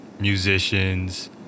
musicians